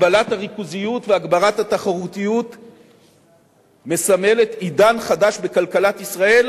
הגבלת הריכוזיות והגברת התחרותיות מסמלות עידן חדש בכלכלת ישראל